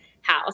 house